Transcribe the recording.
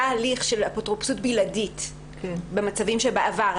הליך של אפוטרופסות בלעדית במצבים בעבר,